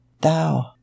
thou